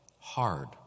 hard